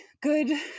good